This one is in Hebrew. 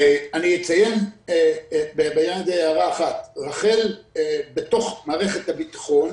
אני אציין הערה אחת רח"ל בתוך מערכת הביטחון